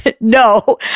No